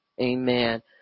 Amen